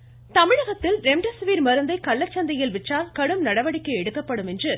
ராதாகிருஷ்ணன் தமிழகத்தில் ரெம்டெசிவிர் மருந்தை கள்ளச்சந்தையில் விற்றால் கடும் நடவடிக்கை எடுக்கப்படும் என்று